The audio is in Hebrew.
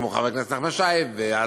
כמו חבר הכנסת נחמן שי ואתה,